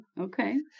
okay